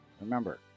Remember